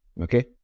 okay